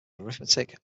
arithmetic